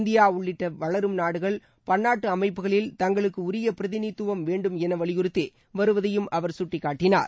India உள்ளிட்ட வளரும் நாடுகள் பள்ளாட்டு அமைப்புகளில் தங்களுக்கு உரிய பிரதிநிதித்துவம் வேண்டும் என வலியுறுத்தி வருவதையும் அவர் சுட்டிக்காட்டினார்